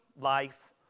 life